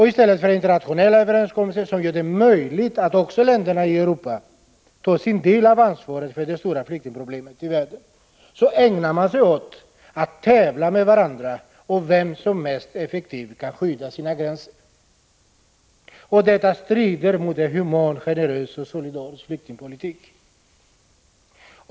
I stället för internationella överenskommelser som gör det möjligt att också länderna i Europa tar sin del av ansvaret för det stora flyktingproblemet i världen ägnar man sig åt att tävla med varandra om vem som mest effektivt kan skydda sina gränser. Detta strider mot en human, generös och solidarisk flyktingpolitik.